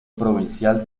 provincial